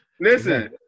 listen